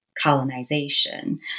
colonization